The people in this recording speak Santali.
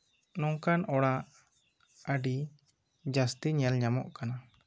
ᱱᱚᱝᱠᱟᱱ ᱚᱲᱟᱜ ᱟ ᱰᱤ ᱡᱟ ᱥᱛᱤ ᱧᱮᱞᱼᱧᱟᱢᱚᱜ ᱠᱟᱱᱟ